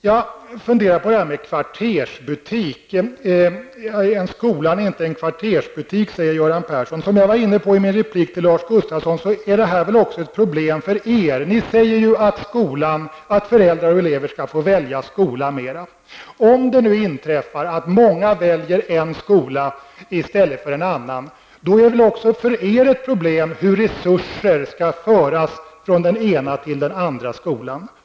Jag funderar också på vad Göran Persson menade när han sade att skolan inte är någon kvartersbutik. Som jag var inne på i min replik till Lars Gustafsson, torde detta vara ett problem också för er. Ni säger ju att föräldrar och elever skall få välja skola i större utsträckning. Om det nu inträffar, att många väljer en skola i stället för en annan, är det väl också för er ett problem hur resurser skall föras från den ena skolan till den andra?